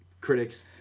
critics